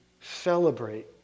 celebrate